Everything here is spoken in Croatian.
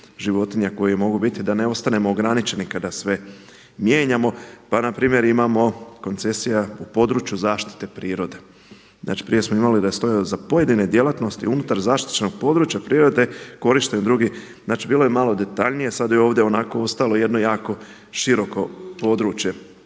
životinja koje mogu biti da ne ostanemo ograničeni kada sve mijenjamo? Pa na primjer imamo koncesija u području zaštite prirode. Znači, prije smo imali da stoji za pojedine djelatnosti unutar zaštićenog područja prirode korištenje drugih, znači bilo je malo detaljnije. Sad je ovdje onako ostalo jedno jako široko područje.